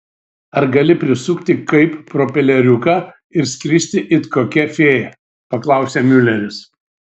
ar gali prisukti kaip propeleriuką ir skristi it kokia fėja paklausė miuleris